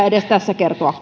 edes kertoa